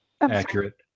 accurate